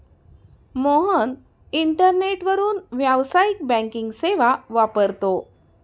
मोहन इंटरनेटवरून व्यावसायिक बँकिंग सेवा वापरतो